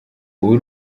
ubu